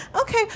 Okay